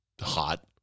hot